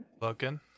Looking